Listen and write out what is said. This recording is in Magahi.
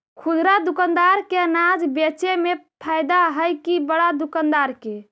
खुदरा दुकानदार के अनाज बेचे में फायदा हैं कि बड़ा दुकानदार के?